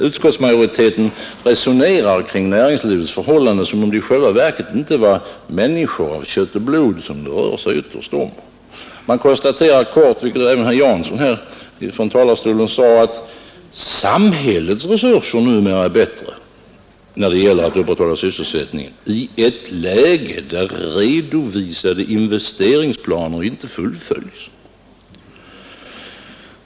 Utskottsmajoriteten resonerar kring näringslivets förhållanden som om det inte i själva verket vore människor av kött och blod det ytterst rör sig om. Man konstaterar kort och gott, vilket även herr Jansson gjorde från denna talarstol, att samhällets resurser numera är bättre då det gäller att upprätthålla sysselsättningen i ett läge där redovisade investeringsplaner inte fullföljs.